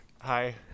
hi